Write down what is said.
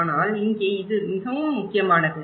ஆனால் இங்கே இது மிகவும் முக்கியமானது